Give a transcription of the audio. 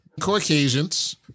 Caucasians